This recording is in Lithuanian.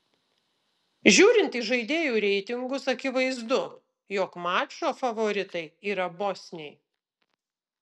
žiūrint į žaidėjų reitingus akivaizdu jog mačo favoritai yra bosniai